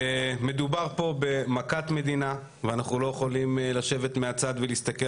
מדובר פה במכת מדינה ואנחנו לא יכולים לשבת מהצד ולהסתכל,